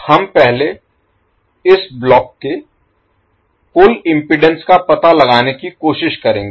हम पहले इस ब्लॉक के कुल इम्पीडेन्स का पता लगाने की कोशिश करेंगे